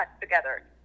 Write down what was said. together